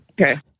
Okay